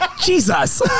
Jesus